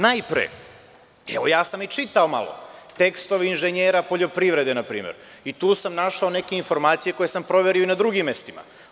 Najpre, evo, ja sam i čitao malopre tekstove inženjera poljoprivrede na primer i tu sam našao neke informacije koje sam proverio i na drugim mestima.